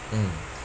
mm